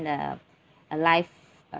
a a life uh